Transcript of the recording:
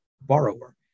borrower